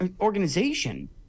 organization